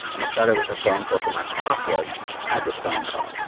and it started with a phone call. so my prop was i had this phone call.